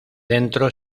dentro